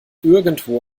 irgendwo